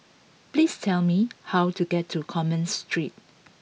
please tell me how to get to Commerce Street